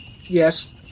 Yes